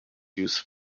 use